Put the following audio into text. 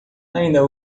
ainda